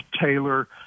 Taylor